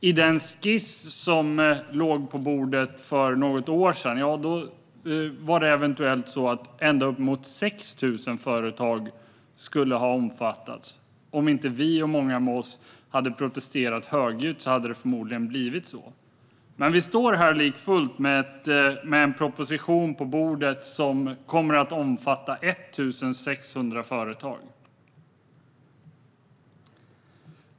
I den skiss som låg på bordet för något år sedan skulle eventuellt ända uppemot 6 000 företag ha omfattats. Om inte vi och många med oss hade protesterat högljutt hade det förmodligen blivit så. Likafullt står vi här med en proposition på bordet som kommer att omfatta 1 600 företag.